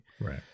Right